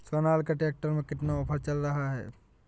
Sonalika tractor में कितना offer चल रहा है?